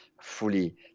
fully